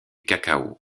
cacao